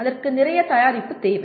அதற்கு நிறைய தயாரிப்பு தேவை